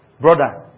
Brother